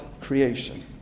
creation